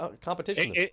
competition